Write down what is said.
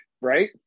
right